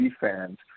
fans